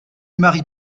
maries